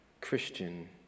Christian